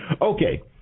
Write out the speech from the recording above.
Okay